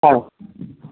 হ্যাঁ